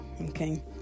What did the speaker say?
Okay